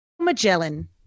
Magellan